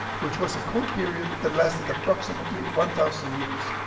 which was a cold period that lasted approximately one thousand years.